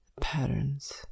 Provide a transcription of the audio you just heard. patterns